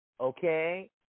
okay